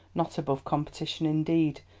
not above competition indeed,